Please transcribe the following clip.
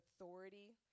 authority